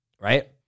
Right